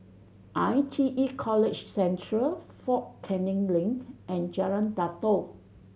I T E College Central Fort Canning Link and Jalan Datoh